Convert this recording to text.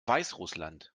weißrussland